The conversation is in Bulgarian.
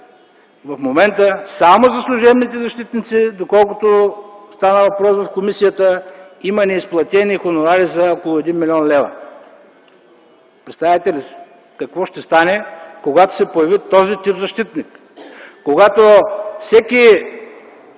В момента само за служебните защитници, доколкото стана въпрос в комисията, има неизплатени хонорари за около 1 млн. лв. Представяте ли си какво ще стане, когато се появи този тип защитник и когато всеки